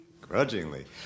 Grudgingly